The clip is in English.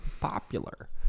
Popular